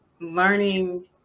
learning